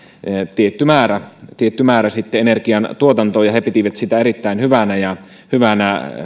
tietty määrä tietty määrä energiantuotantoon he pitivät sitä erittäin hyvänä